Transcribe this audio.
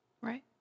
Right